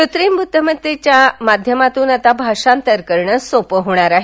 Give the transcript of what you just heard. कृत्रिम बुद्धिमत्तेच्या माध्यमातून आता भाषांतर अधिक सोपं होणार आहे